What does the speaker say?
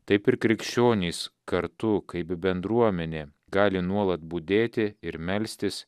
taip ir krikščionys kartu kaip bendruomenė gali nuolat budėti ir melstis